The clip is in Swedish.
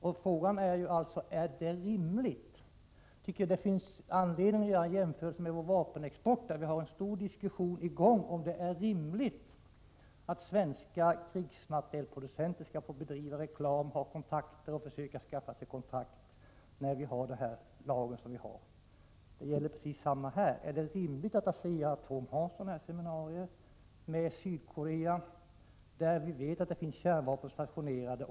Och frågan gäller alltså om det hela är rimligt. Jag tycker att det finns anledning att göra en jämförelse med vår vapenexport, där vi har en stor diskussion i gång, om det är rimligt att svenska krigsmaterielproducenter skall få bedriva reklam, ha kontakter och försöka skaffa sig kontrakt — med den lagstiftning som vi har. Och här gäller samma sak: Är det rimligt att Asea-Atom har sådana här seminarier med Sydkorea, där vi vet att det finns kärnvapen stationerade.